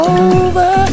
over